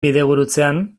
bidegurutzean